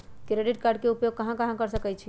Credit card के उपयोग कहां कहां कर सकईछी?